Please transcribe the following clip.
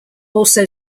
also